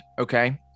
okay